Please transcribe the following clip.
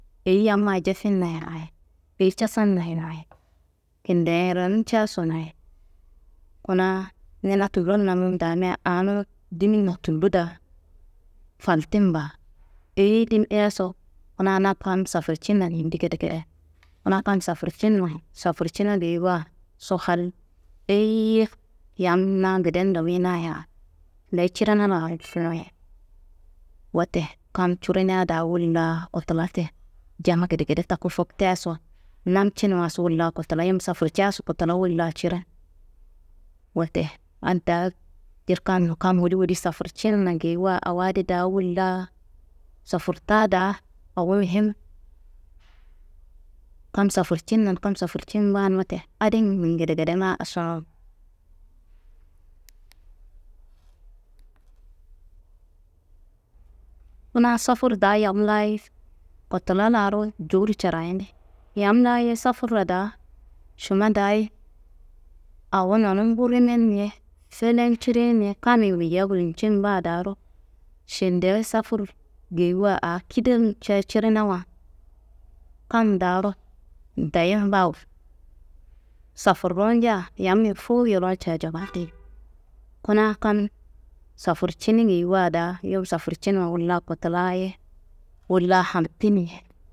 Eyi yamma jefinna ye noyi, eyi casanna ye noyi, kinderoncaso noyi. Kuna niyi na tullon namun daamia anum diminna tullo daa faltin baa, eyi dimiaso kuna na kam safurcinna yindi gedegede. Kuna kam safurcinnayi, safurcina geyiwaso hal, eyiyiye yam na geden dowuyinaya leyi cirina laaroso noyi. Wote kam curinia daa wolla kotula te, jama gedegede taku foktiyaso namcinwaso wolla kotula, yam safurcaso kotula wolla cirin. Wote adda jirkando kam woli woli safurcinna geyiwa awo adi daa wolla sofurta daa awo muhim. Kam safurcinna n, kam safurcin baa- n wote adin ningedegedengan asinun. Kunaso, fur daa yam laayi kotula laaro jowuro carayini, yam laa- ye sofurra daa šimma daayi awo nonumbu riminni ye, filencirinni ye, kammi woyiya gulcin baa daaro šendea safur geyiwa aa kidenca cirinawa kam daaro dayen baa wuno, safurro nja yammi fuwu yolowu nja jawandin. Kuna kam safurcini geyiwa daa yum safurcinwa wolla kotula ye, wolla hamtinni ye.